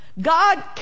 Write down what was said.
God